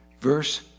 verse